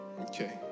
Okay